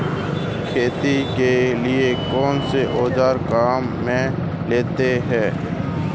खेती के लिए कौनसे औज़ार काम में लेते हैं?